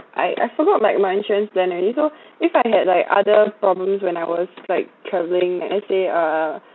I I forgot like my insurance plan already so if I had like other problems when I was like travelling like let's say uh